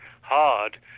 hard